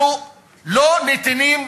אנחנו לא נתינים,